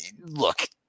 Look